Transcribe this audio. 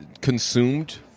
consumed